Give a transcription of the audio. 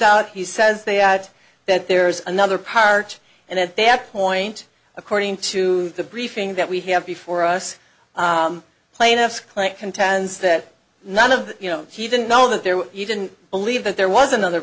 out he says they add that there is another part and at that point according to the briefing that we have before us plaintiff's client contends that none of the you know he didn't know that there were he didn't believe that there was another